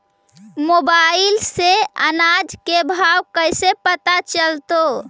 Mobile से अनाज के भाव कैसे पता चलतै?